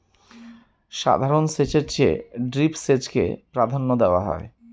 সাধারণ সেচের চেয়ে ড্রিপ সেচকে প্রাধান্য দেওয়া হয়